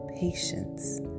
patience